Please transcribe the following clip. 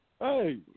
Hey